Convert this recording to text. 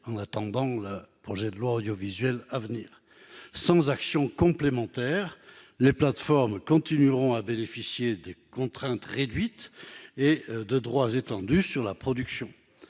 l'attente du projet de loi sur l'audiovisuel. Sans action complémentaire, les plateformes continueront à bénéficier de contraintes réduites et de droits étendus sur la production.